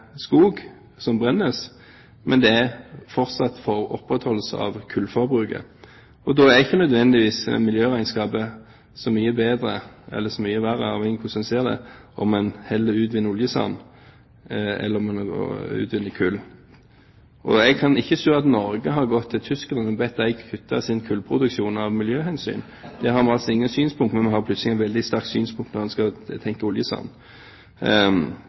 skog som brennes, men det er fortsatt opprettholdelse av kullforbruket. Da er ikke nødvendigvis miljøregnskapet så mye bedre – eller så mye verre, avhengig av hvordan man ser det – om en utvinner fra oljesand eller om en utvinner kull. Jeg kan ikke se at Norge har gått til tyskerne og bedt dem kutte sin kullproduksjon av miljøhensyn. Der har vi altså ingen synspunkter, men vi har plutselig et veldig sterkt synspunkt når man skal tenke